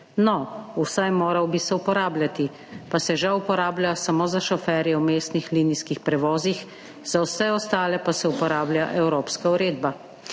No, vsaj moral bi se uporabljati, pa se že uporablja samo za šoferje v mestnih linijskih prevozih, za vse ostale pa se uporablja evropska uredba.